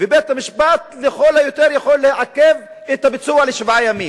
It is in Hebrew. ובית-המשפט לכל היותר יכול לעכב את הביצוע לשבעה ימים.